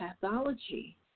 pathology